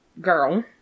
Girl